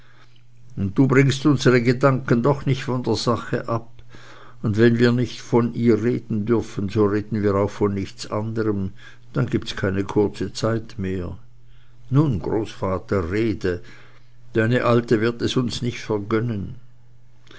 und du bringst unsere gedanken doch nicht von der sache ab und wenn wir nicht von ihr reden dürfen so reden wir auch von nichts anderem dann gibt's keine kurze zeit mehr nun großvater rede deine alte wird es uns nicht vergönnen